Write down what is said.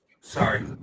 Sorry